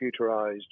computerized